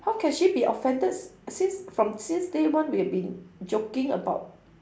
how can she be offended si~ since from since day one we've been joking about